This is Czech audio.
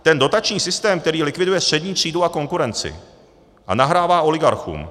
Ten dotační systém, který likviduje střední třídu a konkurenci a nahrává oligarchům.